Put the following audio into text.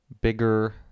bigger